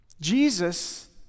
Jesus